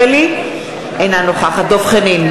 אינה נוכחת דב חנין,